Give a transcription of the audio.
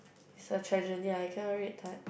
it's a tragedy I cannot read